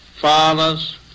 fathers